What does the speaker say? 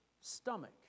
stomach